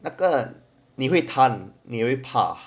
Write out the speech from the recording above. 那个你会贪你会怕